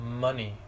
money